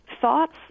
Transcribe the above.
thoughts